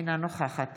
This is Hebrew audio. אינה נוכחת